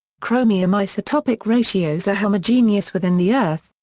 chromium isotopic ratios are homogeneous within the earth,